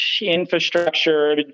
infrastructure